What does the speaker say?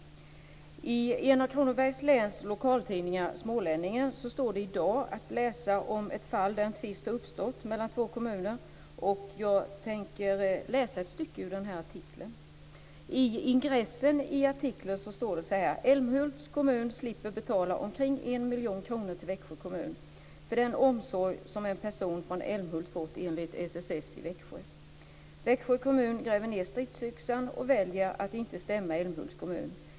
I en av Kronobergs läns lokaltidningar Smålänningen står det i dag att läsa om ett fall där en tvist har uppstått mellan två kommuner. Jag tänker läsa ett stycke ur denna artikel. I ingressen till artikeln står det: Älmhults kommun slipper betala omkring 1 miljon kronor till Växjö kommun för den omsorg som en person från Älmhult fått enligt LSS i Växjö. Växjö kommun gräver ned stridsyxan och väljer att inte stämma Älmhults kommun.